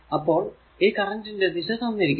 അപ്പോൾ ഈ കറന്റ്ന്റെ ദിശ തന്നിരിക്കുന്നു